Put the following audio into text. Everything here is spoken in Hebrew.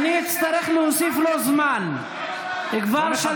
אין לו מה להשיב, אין לו מה להוסיף.